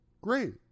great